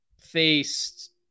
faced